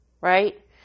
Right